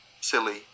silly